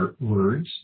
words